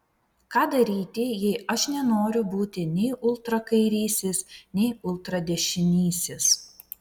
ką daryti jei aš nenoriu būti nei ultrakairysis nei ultradešinysis